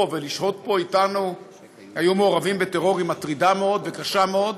ולשהות פה אתנו היו מעורבים בטרור מטרידה מאוד וקשה מאוד,